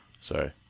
Sorry